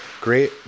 great